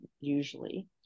usually